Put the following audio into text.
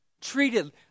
treated